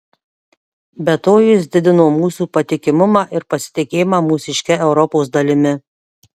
be to jis didino mūsų patikimumą ir pasitikėjimą mūsiške europos dalimi